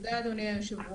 תודה, אדוני היושב-ראש.